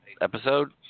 episode